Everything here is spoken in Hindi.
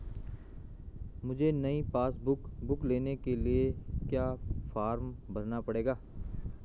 मुझे नयी पासबुक बुक लेने के लिए क्या फार्म भरना पड़ेगा?